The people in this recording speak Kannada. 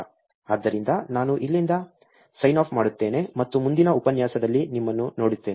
ಆದ್ದರಿಂದ ನಾನು ಇಲ್ಲಿಂದ ಸೈನ್ ಆಫ್ ಮಾಡುತ್ತೇನೆ ಮತ್ತು ಮುಂದಿನ ಉಪನ್ಯಾಸದಲ್ಲಿ ನಿಮ್ಮನ್ನು ನೋಡುತ್ತೇನೆ